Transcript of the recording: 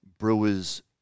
brewers